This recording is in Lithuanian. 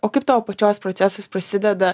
o kaip tavo pačios procesas prasideda